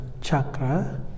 chakra